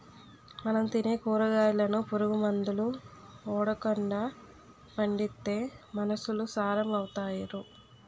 మనం తినే కూరగాయలను పురుగు మందులు ఓడకండా పండిత్తే మనుసులు సారం అవుతారు